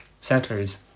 Settlers